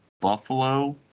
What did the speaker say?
Buffalo